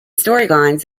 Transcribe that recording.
storylines